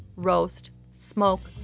roast, smoke,